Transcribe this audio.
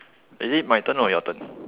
is it my turn or your turn